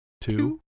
Two